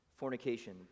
Fornication